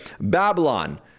Babylon